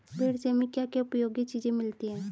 भेड़ से हमें क्या क्या उपयोगी चीजें मिलती हैं?